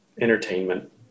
entertainment